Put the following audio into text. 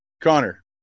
Connor